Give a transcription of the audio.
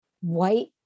white